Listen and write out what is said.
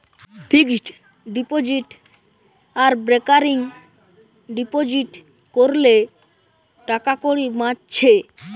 fixed deposit আর recurring deposit কোরলে টাকাকড়ি বাঁচছে